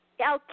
Okay